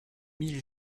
mille